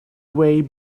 way